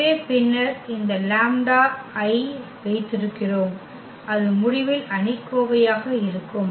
எனவே பின்னர் இந்த லாம்ப்டா Iஐ வைத்திருக்கிறோம் அது முடிவில் அணிக்கோவையாக இருக்கும்